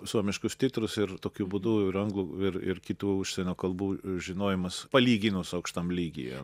suomiškus titrus ir tokiu būdu ir anglų ir ir kitų užsienio kalbų žinojimas palyginus aukštam lygyje